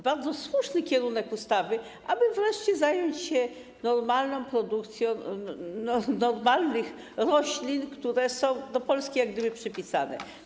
Bardzo słuszny jest kierunek ustawy, aby wreszcie zająć się normalną produkcją, normalnych roślin, które są do Polski jak gdyby przypisane.